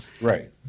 Right